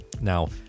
Now